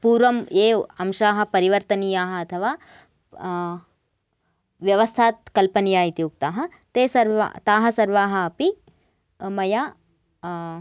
पूर्वं ये अंशाः परिवर्तनीयाः अथवा व्यवस्था कल्पनीयाः इति उक्ताः ते सर्व ताः सर्वाः अपि मया